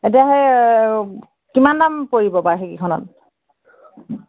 কিমানমান পৰিব বাৰু সেই কেইখনত